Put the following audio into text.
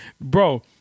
Bro